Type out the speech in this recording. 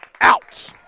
out